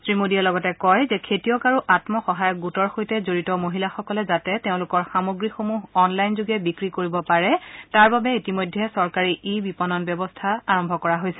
শ্ৰীমোডীয়ে লগতে কয় যে খেতিয়ক আৰু আম সহায়ক গোটৰ সৈতে জড়িত মহিলাসকলে যাতে তেওঁলোকৰ সামগ্ৰীসমূহ অন লাইনযোগে বিক্ৰী কৰিব পাৰে তাৰ বাবে ইতিমধ্যে চৰকাৰী ই বিপণন ব্যৱস্থা আৰম্ভ কৰা হৈছে